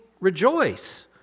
rejoice